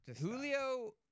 Julio